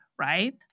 right